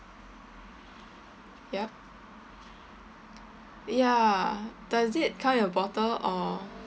yup ya does it come in a bottle or